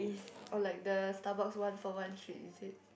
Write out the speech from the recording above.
or like the Starbuck one for one treat is it